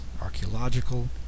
archaeological